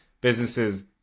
businesses